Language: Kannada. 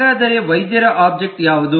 ಹಾಗಾದರೆ ವೈದ್ಯರ ಒಬ್ಜೆಕ್ಟ್ ಯಾವುದು